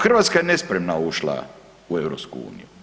Hrvatska je nespremna ušla u EU.